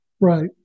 right